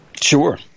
Sure